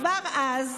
כבר אז,